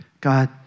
God